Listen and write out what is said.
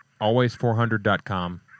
always400.com